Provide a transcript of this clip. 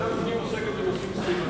ואין נמנעים.